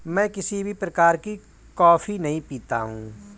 मैं किसी भी प्रकार की कॉफी नहीं पीता हूँ